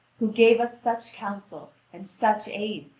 who gave us such counsel and such aid,